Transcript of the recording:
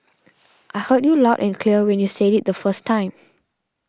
I heard you loud and clear when you said it the first time